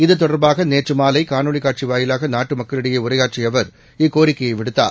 இது தொடர்பாக நேற்று மாலை காணொலி காட்சி வாயிலாக நாட்டு மக்களிடையே உரையாற்றிய அவர் இக்கோரிக்கையை விடுத்தார்